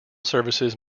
services